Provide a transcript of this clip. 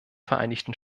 vereinigten